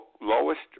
lowest